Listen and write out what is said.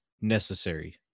necessary